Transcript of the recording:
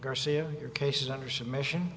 garcia your case is under submission